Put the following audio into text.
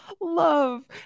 love